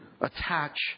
attach